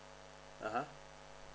(uh huh)